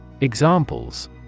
Examples